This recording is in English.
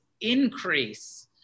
increase